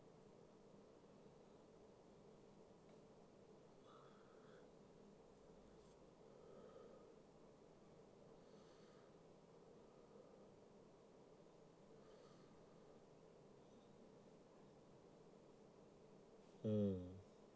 mm